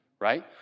right